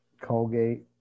Colgate